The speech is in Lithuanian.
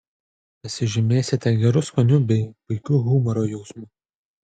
pasižymėsite geru skoniu bei puikiu humoro jausmu